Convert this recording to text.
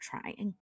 trying